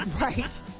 Right